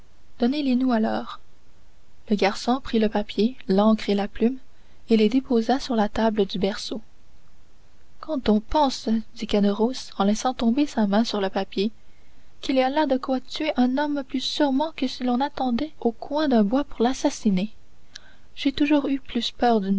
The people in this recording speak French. donnez les nous alors le garçon prit le papier l'encre et la plume et les déposa sur la table du berceau quand on pense dit caderousse en laissant tomber sa main sur le papier qu'il y a là de quoi tuer un homme plus sûrement que si on l'attendait au coin d'un bois pour l'assassiner j'ai toujours eu plus peur d'une